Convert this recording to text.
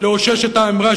לאשש את האמרה,